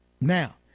Now